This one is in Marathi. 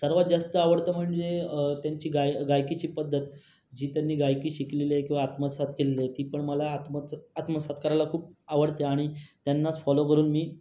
सर्वात जास्त आवडतं म्हणजे त्यांची गाय गायकीची पद्धत जी त्यांनी गायकी शिकलेली आहे किंवा आत्मसात केलेली आहे ती पण मला आत्म आत्मसात करायला खूप आवडते आणि त्यांनाच फॉलो करून मी